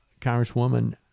Congresswoman